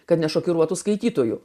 kad nešokiruotų skaitytojų